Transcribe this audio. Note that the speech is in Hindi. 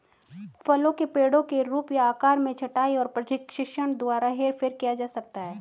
फलों के पेड़ों के रूप या आकार में छंटाई और प्रशिक्षण द्वारा हेरफेर किया जा सकता है